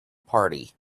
party